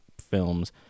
Films